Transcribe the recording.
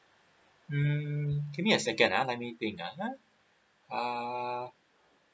mm give me a second ah let me think ah err